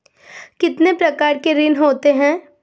कितने प्रकार के ऋण होते हैं?